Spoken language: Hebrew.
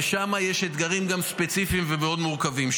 ושם יש גם אתגרים ספציפיים ומאוד מורכבים.